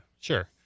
sure